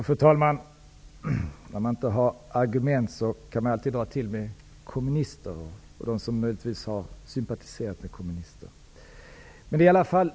Fru talman! När man inte har argument, kan man alltid dra till med kommunister och de som möjligtvis har sympatiserat med kommunister.